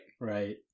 Right